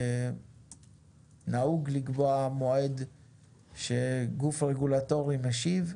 נהוג לקבוע מועד שגוף רגולטורי משיב.